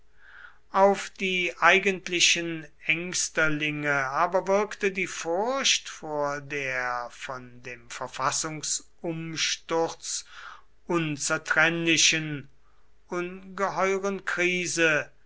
auf die eigentlichen ängsterlinge aber wirkte die furcht vor der von dem verfassungsumsturz unzertrennlichen ungeheuren krise